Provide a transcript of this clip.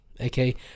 okay